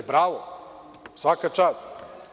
Bravo, svaka čast.